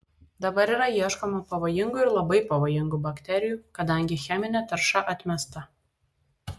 dabar yra ieškoma pavojingų ir labai pavojingų bakterijų kadangi cheminė tarša atmesta